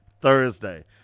Thursday